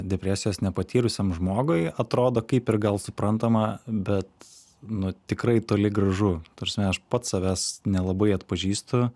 depresijos nepatyrusiam žmogui atrodo kaip ir gal suprantama bet nu tikrai toli gražu ta prasme aš pats savęs nelabai atpažįstu